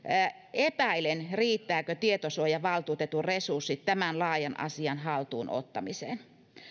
epäilen riittävätkö tietosuojavaltuutetun resurssit tämän laajan asian haltuun ottamiseen